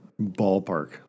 ballpark